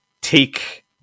take